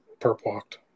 perp-walked